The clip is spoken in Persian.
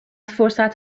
فرصت